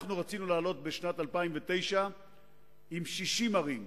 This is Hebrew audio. רצינו לעלות בשנת 2009 עם 60 ערים,